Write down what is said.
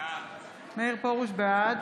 בעד